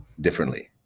differently